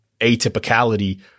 atypicality